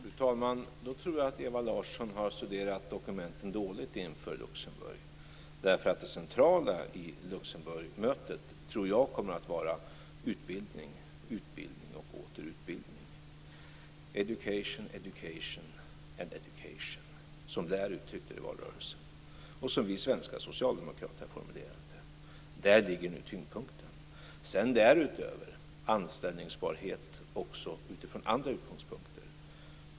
Fru talman! Då tror jag att Ewa Larsson har studerat dokumenten dåligt inför mötet i Luxemburg. Jag tror att det centrala vid Luxemburgmötet kommer att vara utbildning, utbildning och åter utbildning. Education, education and education, som Blair uttryckte det i valrörelsen. Så har även vi svenska socialdemokrater formulerat det. Där ligger tyngdpunkten nu. Därutöver handlar det också om anställningsbarhet utifrån andra utgångspunkter.